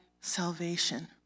salvation